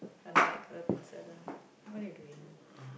but not like colour pencil lah what you're doing